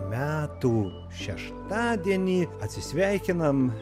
metų šeštadienį atsisveikinam